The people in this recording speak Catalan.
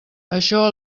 això